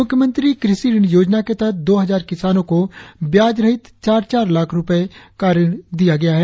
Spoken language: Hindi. मुख्यमंत्री कृषि ऋण योजना के तहत दो हजार किसानों को ब्याज रहित चार लाख रुपए तक का ऋण दिया गया है